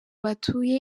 batuye